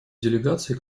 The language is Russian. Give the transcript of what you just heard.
делегации